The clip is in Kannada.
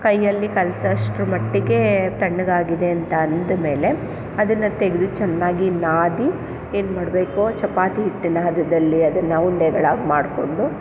ಕೈಯಲ್ಲಿ ಕಲ್ಸೋಷ್ಟರ ಮಟ್ಟಿಗೆ ಅದು ತಣ್ಣಗಾಗಿದೆ ಅಂತ ಅಂದಮೇಲೆ ಅದನ್ನು ತೆಗೆದು ಚೆನ್ನಾಗಿ ನಾದಿ ಏನು ಮಾಡಬೇಕು ಚಪಾತಿ ಹಿಟ್ಟಿನ ಹದದಲ್ಲಿ ಅದನ್ನು ಉಂಡೆಗಳಾಗಿ ಮಾಡ್ಕೊಂಡು